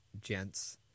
gents